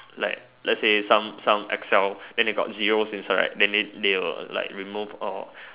like let's say some some Excel then they got zeros inside then they they'll like remove all